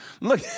Look